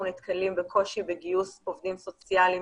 נתקלים בקושי בגיוס עובדים סוציאליים